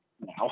now